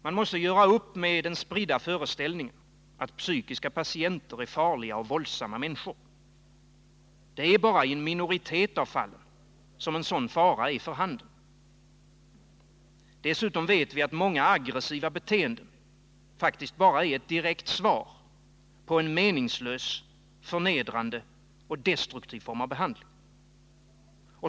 Man måste göra upp med den spridda föreställningen att psykiska patienter är farliga och våldsamma människor. Bara i en minoritet av fallen är sådan fara för handen. Dessutom vet vi att många aggressiva beteenden bara är ett direkt svar på en meningslös, förnedrande och destruktiv form av behandling.